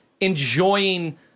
enjoying